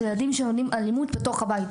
זה ילדים שלומדים אלימות בתוך הבית.